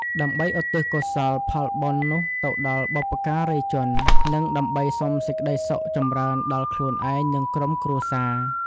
ដើម្បីឧទ្ទិសកុសលផលបុណ្យនោះទៅដល់បុព្វការីជន និងដើម្បីសុំសេចក្តីសុខចម្រើនដល់ខ្លួនឯង និងក្រុមគ្រួសារ។